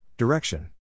Direction